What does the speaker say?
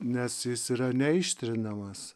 nes jis yra neištrinamas